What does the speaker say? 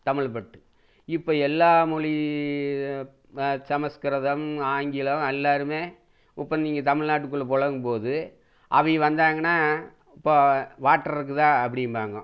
தமிழ் பற்று இப்போ எல்லா மொழி சமஸ்கிருதம் ஆங்கிலம் எல்லாருமே இப்போ நீங்கள் தமிழ்நாட்டுக்குள்ளே புழங்கும்போது அவங்க வந்தாங்கன்னா இப்போ வாட்ரு இருக்குதா அப்படிம்பாங்க